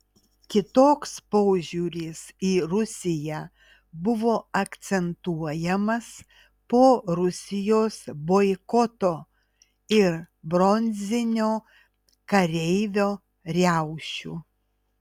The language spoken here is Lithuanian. kitoks požiūris į rusiją buvo akcentuojamas po rusijos boikoto ir bronzinio kareivio riaušių